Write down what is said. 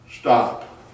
stop